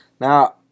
Now